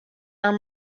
are